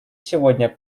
сегодня